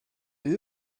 wird